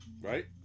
Right